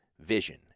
Vision